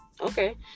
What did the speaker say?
okay